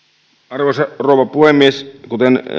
arvoisa rouva puhemies